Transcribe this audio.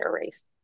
race